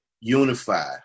unify